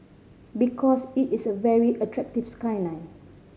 because it is a very attractive skyline